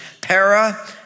para